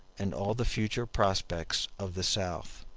and all the future prospects of the south.